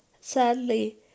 sadly